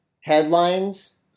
headlines